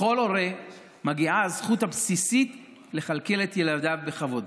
לכל הורה מגיעה הזכות הבסיסית לכלכל את ילדיו בכבוד.